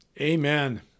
Amen